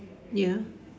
ya